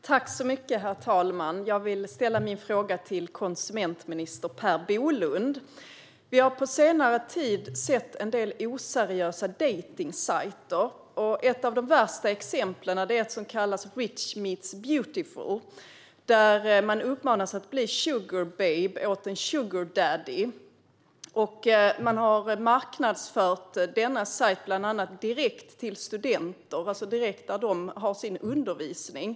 Herr talman! Jag vill ställa min fråga till konsumentminister Per Bolund. Vi har på senare tid sett en del oseriösa dejtningssajter. Ett av de värsta exemplen är den som kallas för Rich Meet Beautiful, där man uppmanas att bli en sugar baby åt en sugar daddy. Denna sajt har bland annat marknadsförts direkt till studenter, alltså direkt där de har sin undervisning.